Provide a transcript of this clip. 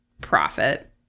profit